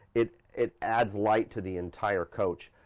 it it adds light to the entire coach.